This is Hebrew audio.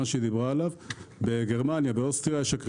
שקיימת גם בגרמניה ובאוסטריה.